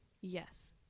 yes